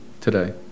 today